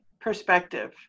perspective